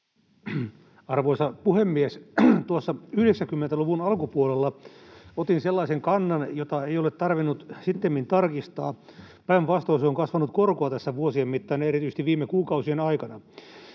Arvoisa puhemies! Tuossa 90-luvun alkupuolella otin sellaisen kannan, jota ei ole tarvinnut sittemmin tarkistaa — päinvastoin se on kasvanut korkoa tässä vuosien mittaan ja erityisesti viime kuukausien aikana.